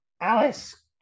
Alice